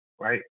right